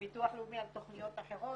ביטוח לאומי על תכניות אחרות,